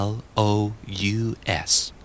L-O-U-S